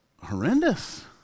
Horrendous